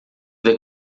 the